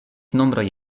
nombroj